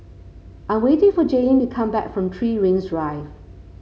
I am waiting for Jaylyn to come back from Three Rings Drive